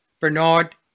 Bernard